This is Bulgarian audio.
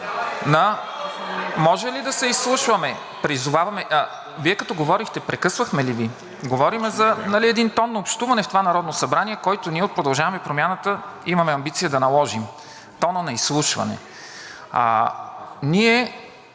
Може ли да се изслушваме? Вие като говорихте, прекъсвахме ли Ви? Говорим за, нали, един тон на общуване в това Народно събрание, който ние от „Продължаваме Промяната“ имаме амбиция да наложим – тона на изслушване. Ние